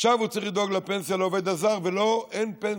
עכשיו הוא צריך לדאוג לפנסיה לעובד הזר ולו אין פנסיה.